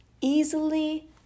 easily